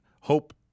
hope –